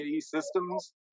Systems